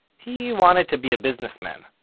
he wanted to be a businessman,